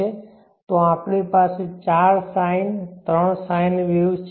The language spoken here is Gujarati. છે તો આપણી પાસે ચાર sine ત્રણ sine વેવ્સ છે